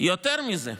יותר מזה,